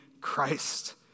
Christ